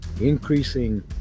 increasing